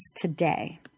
today